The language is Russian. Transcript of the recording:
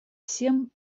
всем